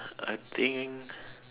I think